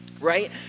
right